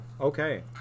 Okay